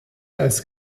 als